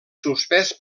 suspès